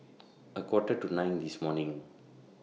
A Quarter to nine This morning